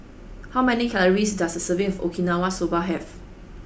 how many calories does a serving of Okinawa soba have